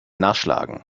nachschlagen